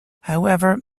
however